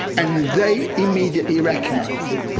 and they immediately recognized it.